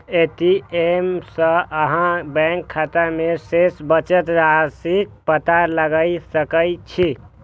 ATM सं अहां bank खाता मे शेष बचल राशिक पता लगा सकै छी